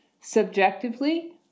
Subjectively